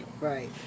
Right